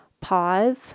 pause